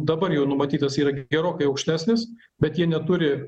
dabar jau numatytas yra gerokai aukštesnis bet jie neturi